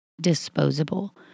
disposable